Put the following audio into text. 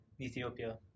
Ethiopia